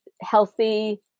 healthy